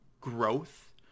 growth